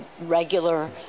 regular